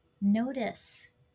notice